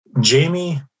Jamie